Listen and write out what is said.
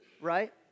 right